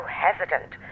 hesitant